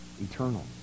eternal